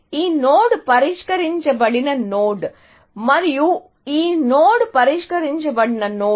ఈ నోడ్ పరిష్కరించ బడిన నోడ్ మరియు ఈ నోడ్ పరిష్కరించబడిన నోడ్